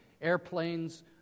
airplanes